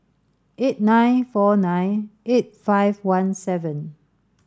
eight nine four nine eight five one seven